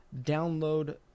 download